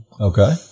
Okay